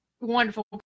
wonderful